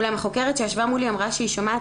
אולם החוקרת שישבה מולי אמרה שהיא שומעת